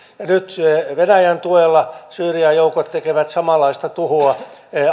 nyt venäjän tuella syyrian joukot tekevät samanlaista tuhoa